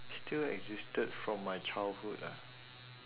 still existed from my childhood ah